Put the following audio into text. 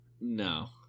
No